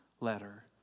letter